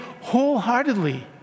wholeheartedly